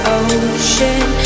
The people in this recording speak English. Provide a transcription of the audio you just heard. ocean